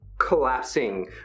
collapsing